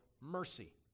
mercy